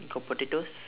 you got potatoes